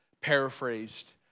paraphrased